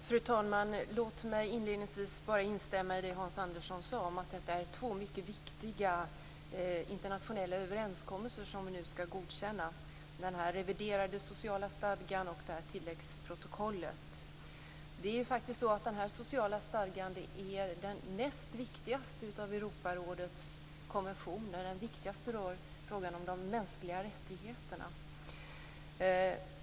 Fru talman! Låt mig inledningsvis bara instämma i det Hans Andersson sade om att det är två mycket viktiga internationella överenskommelser som vi nu skall godkänna, den reviderade sociala stadgan och tilläggsprotokollet. Det är faktiskt så att den sociala stadgan är den näst viktigaste av Europarådets konventioner. Den viktigaste rör frågan om de mänskliga rättigheterna.